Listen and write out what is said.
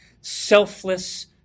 selfless